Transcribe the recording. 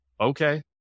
okay